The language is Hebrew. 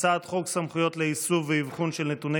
הצעת חוק סמכויות לאיסוף ואבחון של נתוני